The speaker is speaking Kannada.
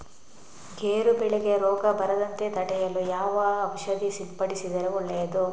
ಗೇರು ಬೆಳೆಗೆ ರೋಗ ಬರದಂತೆ ತಡೆಯಲು ಯಾವ ಔಷಧಿ ಸಿಂಪಡಿಸಿದರೆ ಒಳ್ಳೆಯದು?